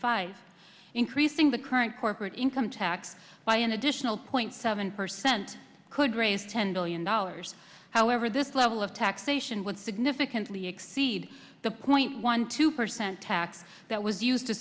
five increasing the current corporate income tax by an additional point seven percent could raise ten billion dollars however this level of taxation would significantly exceed the point one two percent tax that was used to